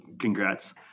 congrats